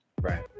Right